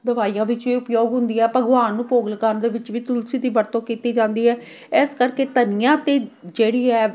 ਦਵਾਈਆਂ ਵਿੱਚ ਵੀ ਉਪਯੋਗ ਹੁੰਦੀ ਆ ਭਗਵਾਨ ਨੂੰ ਭੋਗ ਲਗਾਉਣ ਦੇ ਵਿੱਚ ਵੀ ਤੁਲਸੀ ਦੀ ਵਰਤੋਂ ਕੀਤੀ ਜਾਂਦੀ ਹੈ ਇਸ ਕਰਕੇ ਧਨੀਆ ਅਤੇ ਜਿਹੜੀ ਹੈ